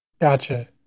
Gotcha